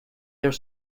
their